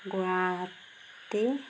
Guwahati